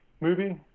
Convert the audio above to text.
movie